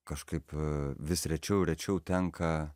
kažkaip vis rečiau rečiau tenka